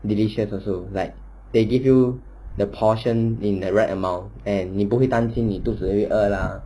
delicious also like they give you the portion in the right amount and 你不会担心你肚子饿 lah